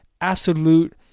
absolute